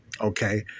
Okay